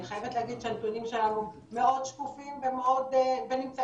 ואני חייבת להגיד שהנתונים שלנו מאוד שקופים ונמצאים,